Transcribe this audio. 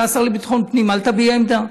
אתה השר לביטחון פנים: אל תביע עמדה.